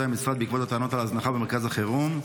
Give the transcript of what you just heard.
המשרד בעקבות הטענות על הזנחה במרכז החירום?